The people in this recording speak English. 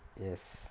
yes